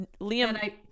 liam